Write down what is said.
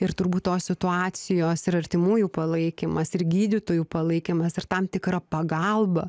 ir turbūt tos situacijos ir artimųjų palaikymas ir gydytojų palaikymas ir tam tikra pagalba